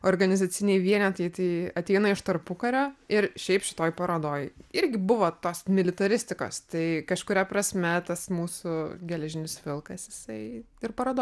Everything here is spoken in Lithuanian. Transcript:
organizaciniai vienetai tai ateina iš tarpukario ir šiaip šitoj parodoj irgi buvo tos militaristikos tai kažkuria prasme tas mūsų geležinis vilkas jisai ir parodoj